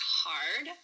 hard